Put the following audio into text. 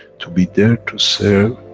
to be there to serve,